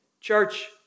church